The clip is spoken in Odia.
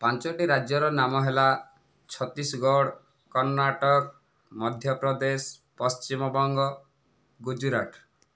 ପାଞ୍ଚଟି ରାଜ୍ୟର ନାମ ହେଲା ଛତିଶଗଡ଼ କର୍ଣାଟକ ମଧ୍ୟପ୍ରଦେଶ ପଶ୍ଚିମବଙ୍ଗ ଗୁଜୁରାଟ